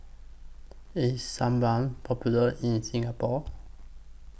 IS Sebamed Popular in Singapore